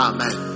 Amen